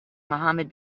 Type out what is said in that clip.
muhammad